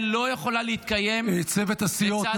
לא יכולה להתקיים לצד -- צוות הסיעות,